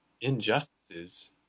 injustices